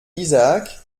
isaac